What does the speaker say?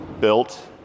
built